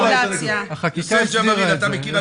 החקיקה הסדירה את זה.